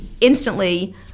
instantly